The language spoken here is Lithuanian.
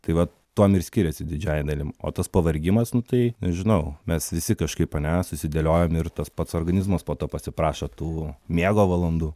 tai va tuom ir skiriasi didžiąja dalim o tas pavargimas nu tai nežinau mes visi kažkaip ane susidėliojam ir tas pats organizmas po to pasiprašo tų miego valandų